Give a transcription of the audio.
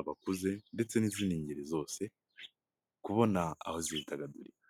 abakuze ndetse n'izindi ngeri zose, kubona aho zidagadurira.